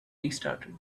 restarted